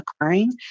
occurring